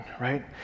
right